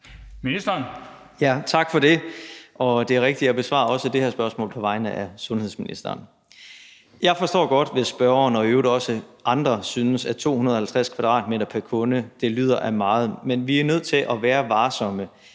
Kollerup): Tak for det. Det er rigtigt, at jeg besvarer også det her spørgsmål på vegne af sundhedsministeren. Jeg forstår godt, hvis spørgeren og i øvrigt også andre synes, at 250 m² pr. kunde lyder af meget, men vi er nødt til at være varsomme.